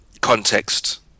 context